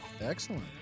Excellent